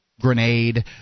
grenade